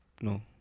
no